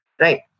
Right